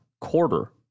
quarter